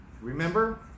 Remember